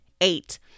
eight